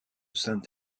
saint